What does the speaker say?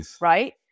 right